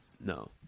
no